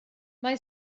mae